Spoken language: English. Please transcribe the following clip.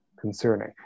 concerning